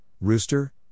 rooster